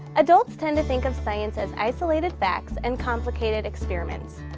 adults tend to think of science as isolated facts and complicated experiments.